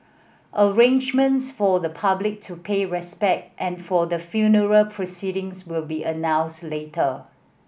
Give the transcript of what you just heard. arrangements for the public to pay respect and for the funeral proceedings will be announced later